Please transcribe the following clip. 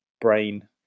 brain